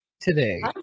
today